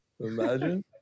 Imagine